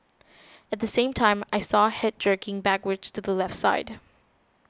at the same time I saw head jerking backwards to the left side